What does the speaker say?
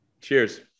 Cheers